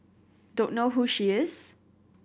don't know who she is